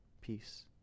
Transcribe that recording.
peace